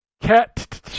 Cat